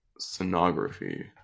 Sonography